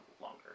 longer